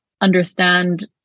understand